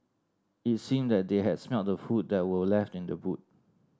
it seemed that they had smelt the food that were left in the boot